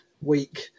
week